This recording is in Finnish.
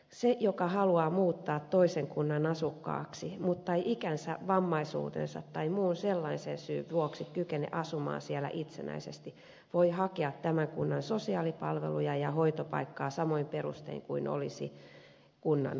se joka haluaa muuttaa toisen kunnan asukkaaksi mutta ei ikänsä vammaisuutensa tai muun sellaisen syyn vuoksi kykene asumaan siellä itsenäisesti voi hakea tämän kunnan sosiaalipalveluja ja hoitopaikkaa samoin perustein kuin jos olisi kunnan asukas